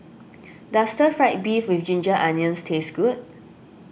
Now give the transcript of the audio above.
does Stir Fried Beef with Ginger Onions taste good